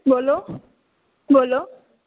बोलो बोलो